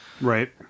Right